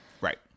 Right